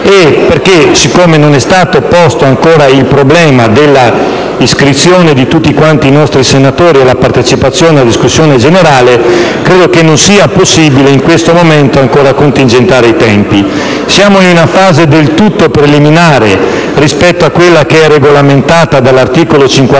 generale. Siccome non è stato ancora posto il problema dell'iscrizione di tutti i nostri senatori e la partecipazione alla discussione generale, credo che non sia ancora possibile in questo momento contingentare i tempi. Siamo in una fase del tutto preliminare rispetto a quella che è regolamentata dall'articolo 55